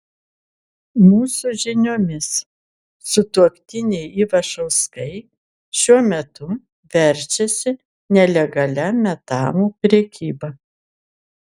mūsų žiniomis sutuoktiniai ivašauskai šiuo metu verčiasi nelegalia metalų prekyba